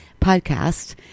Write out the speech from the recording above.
podcast